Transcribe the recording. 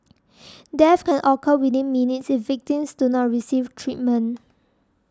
death can occur within minutes if victims do not receive treatment